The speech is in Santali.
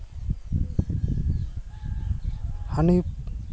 ᱦᱟᱹᱱᱤ